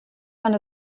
one